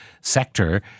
sector